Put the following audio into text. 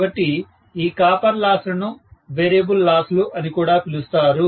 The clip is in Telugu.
కాబట్టి ఈ కాపర్ లాస్ లను వేరియబుల్ లాస్ లు అని కూడా పిలుస్తారు